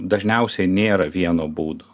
dažniausiai nėra vieno būdo